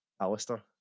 Alistair